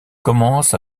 commence